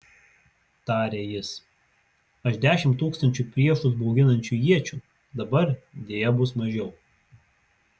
tarė jis aš dešimt tūkstančių priešus bauginančių iečių dabar deja bus mažiau